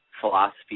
philosophy